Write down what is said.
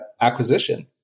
acquisition